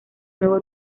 nuevo